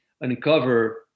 uncover